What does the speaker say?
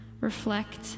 reflect